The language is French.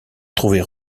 trouver